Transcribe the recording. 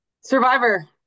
Survivor